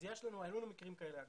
היו לנו מקרים כאלה.